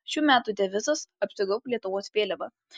šių metų devizas apsigaubk lietuvos vėliava